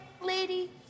lady